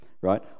right